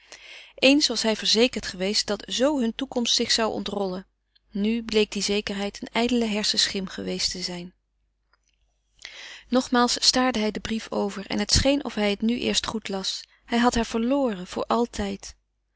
eens was hij verzekerd geweest dat zo hun toekomst zich zou ontrollen nu bleek die zekerheid een ijdele herschenschim geweest te zijn nogmaals staarde hij den brief over en het scheen of hij het nu eerst goed las hij had haar verloren voor altijd